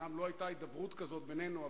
אומנם לא היתה הידברות כזאת בינינו,